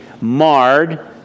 marred